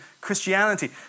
Christianity